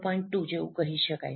2 જેવું કહી શકાય